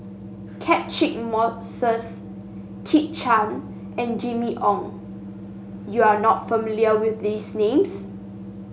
Catchick Moses Kit Chan and Jimmy Ong you are not familiar with these names